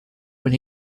when